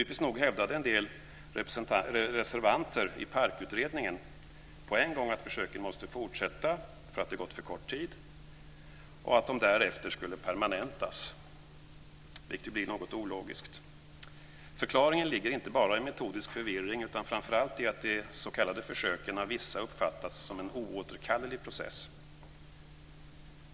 Typiskt nog hävdade en del reservanter i PARK utredningen på en gång att försöken måste fortsätta för att det har gått för kort tid och att de därefter skulle permanentas, vilket ju blir något ologiskt. Förklaringen ligger inte bara i metodisk förvirring utan framför allt i att de s.k. försöken av vissa har uppfattats som en oåterkallelig process.